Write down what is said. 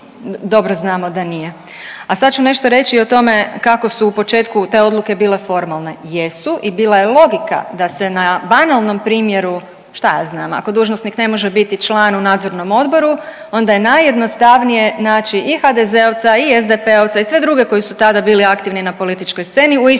dobro znamo da nije. A sad ću nešto reći i o tome kako su u početku te odluke bile formalne. Jesu i bila je logika da se na banalnom primjeru, šta ja znam, ako dužnosnik ne može biti član u nadzornom odboru onda je najjednostavnije naći i HDZ-ovca i SDP-ovca i sve druge koji su tada bili aktivni na političkoj sceni, u istoj